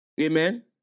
Amen